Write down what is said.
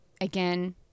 again